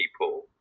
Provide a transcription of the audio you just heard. people